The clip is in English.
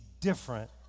different